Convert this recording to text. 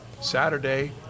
Saturday